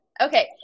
okay